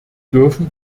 dürfen